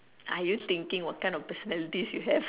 are you thinking what kind of personalities you have